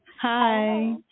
Hi